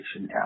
now